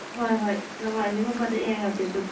ꯍꯣꯏ ꯍꯣꯏ ꯅꯣꯡꯃꯥꯏꯖꯤꯡꯒꯨꯝꯕꯗ ꯌꯦꯡꯉꯁꯤ ꯑꯗꯨꯗꯤ